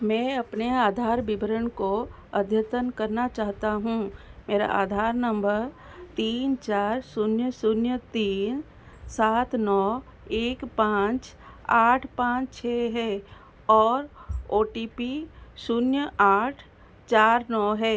मे अपने आधार विवरण को अद्यतन करना चाहता हूँ मेरा आधार नम्बर तीन चार शून्य शून्य तीन सात नौ एक पाँच आठ पाँच छह है और ओ टी पी शून्य आठ चार नौ है